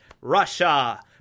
Russia